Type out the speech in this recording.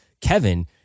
Kevin